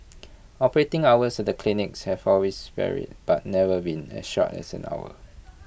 operating hours at the clinics have always varied but never been as short as an hour